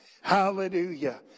Hallelujah